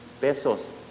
pesos